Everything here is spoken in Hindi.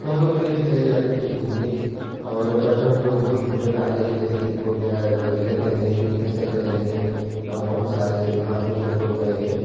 तो हम लोग टेन से चले जाते थे घूमने और बचपन में हम लोग बहुत घूमे टहले हैं जैसे कि हो गया महर गए हैं विन्ध्याचल गए हैं और बहुत सारे ऐसे धाम हैं जो हम लोग गए हैं